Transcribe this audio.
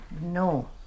No